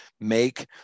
make